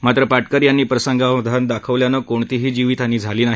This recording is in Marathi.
मात्र पाटकर यांनी प्रसंगावधान दाखवल्यानं कोणतीही जीवितहानी झाली नाही